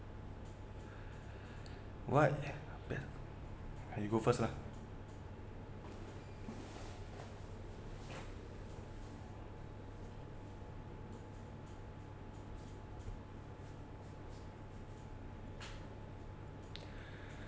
why ah you go first lah